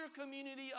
community